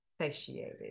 satiated